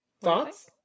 Thoughts